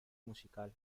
musical